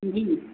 जी